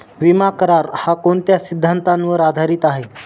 विमा करार, हा कोणत्या सिद्धांतावर आधारीत आहे?